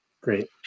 Great